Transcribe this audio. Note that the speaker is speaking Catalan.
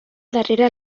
darrere